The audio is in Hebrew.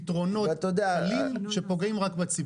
פתרונות קטנים שפוגעים רק בציבור.